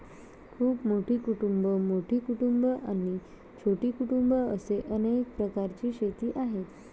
खूप मोठी कुटुंबं, मोठी कुटुंबं आणि छोटी कुटुंबं असे अनेक प्रकारची शेती आहे